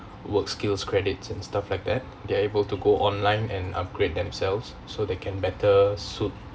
work skills credits and stuff like that they're able to go online and upgrade themselves so they can better suit